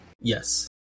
Yes